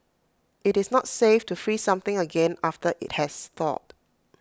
IT is not safe to freeze something again after IT has thawed